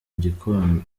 gikoni